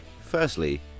Firstly